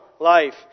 life